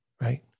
right